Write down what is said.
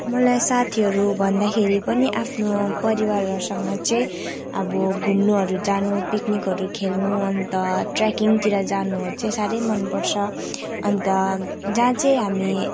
मलाई साथीहरू भन्दाखेरि पनि आफ्नु परिवारहरूसँग चाहिँ अब घुम्नुहरू जानु पिक्निकहरू खेल्नु अन्त ट्रेकिङतिर जानु चाहिँ साह्रै मन पर्छ अन्त जहाँ चाहिँ हामी